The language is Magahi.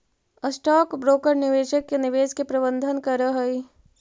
स्टॉक ब्रोकर निवेशक के निवेश के प्रबंधन करऽ हई